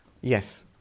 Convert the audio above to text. Yes